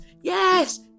yes